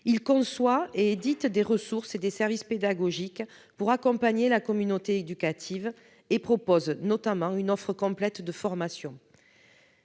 Il conçoit et édite des ressources ainsi que des services pédagogiques pour accompagner la communauté éducative et propose notamment une offre complète de formations.